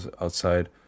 outside